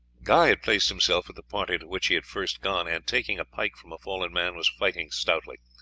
guy had placed himself with the party to which he had first gone, and, taking a pike from a fallen man, was fighting stoutly.